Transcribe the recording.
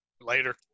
Later